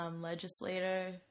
legislator